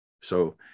So-